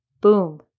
Boom